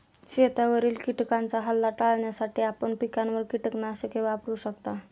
शेतावरील किटकांचा हल्ला टाळण्यासाठी आपण पिकांवर कीटकनाशके वापरू शकता